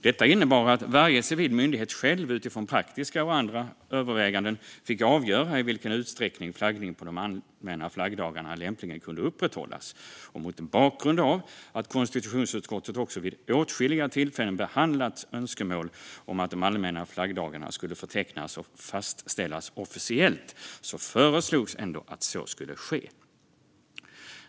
Detta innebar att varje civil myndighet själv utifrån praktiska och andra överväganden fick avgöra i vilken utsträckning flaggning på de allmänna flaggdagarna lämpligen kunde upprätthållas. Mot bakgrund av att konstitutionsutskottet vid åtskilliga tillfällen behandlat önskemål om att de allmänna flaggdagarna skulle förtecknas och fastställas officiellt föreslogs att så skulle ske.